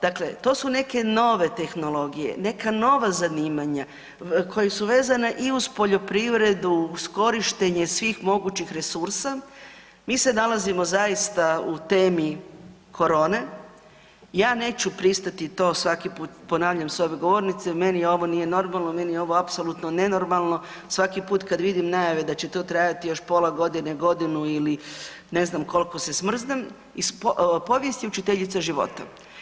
Dakle, to su neke nove tehnologije, neka nova zanimanja koje su vezane i uz poljoprivredu, uz korištenje svih mogućih resursa, mi se nalazimo zaista u temi korone, ja neću pristati, to svaki put ponavljam s ove govornice, meni ovo nije normalno, meni je ovo apsolutno nenormalno, svaki put kad vidim najave da će to trajati još pola godine, godinu ili ne znam koliko, se smrznem, iz povijesti učiteljica života.